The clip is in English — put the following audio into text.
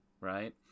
right